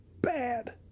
bad